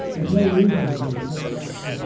there's no reason to be ticked off. oh,